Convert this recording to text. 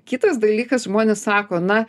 kitas dalykas žmonės sako na